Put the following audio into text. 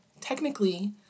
technically